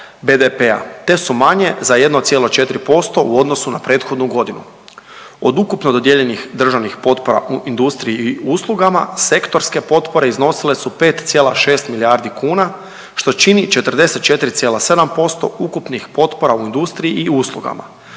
BDP-a te su manje za 1,4% u odnosu na prethodnu godinu. Od ukupno dodijeljenih državnih potpora u industriji i uslugama, sektorske potpore iznosile su 5,6 milijardi kuna, što čini 44,7% ukupnih potpora u industriji i uslugama,